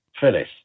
Phyllis